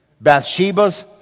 Bathsheba's